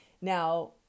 Now